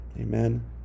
Amen